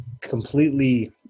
completely